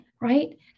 right